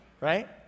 Right